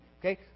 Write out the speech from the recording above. Okay